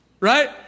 Right